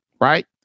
right